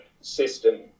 system